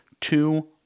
two